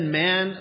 man